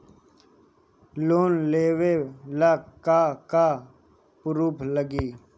Loan लेबे ला का का पुरुफ लागि?